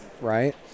right